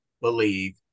believe